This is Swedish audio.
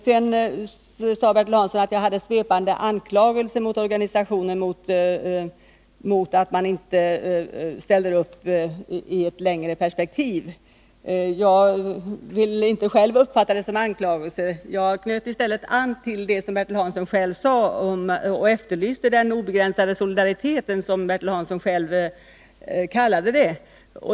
Bertil Hansson sade att jag hade svepande anklagelser mot organisationerna för att de inte ställer upp i ett längre perspektiv. Jag vill inte själv uppfatta det som anklagelser. Jag knöt an till det som Bertil Hansson själv efterlyste — den obegränsade solidariteten, som han kallade det.